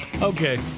Okay